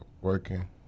working